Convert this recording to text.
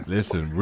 Listen